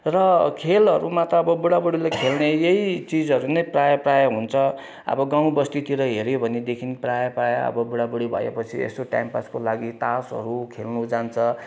र खेलहरूमा त अब बुढाबुढीले खेल्ने यही चिजहरू नै प्रायः प्रायः हुन्छ अब गाउँ बस्तीतिर हेर्यौँ भनेदेखि प्रायः प्रायः अब बुढाबुढी भएपछि यसो टाइम पासको लागि तासहरू खेल्नु जान्छ